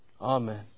Amen